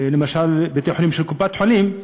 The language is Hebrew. למשל בתי-חולים של קופת-חולים,